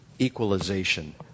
equalization